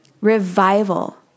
revival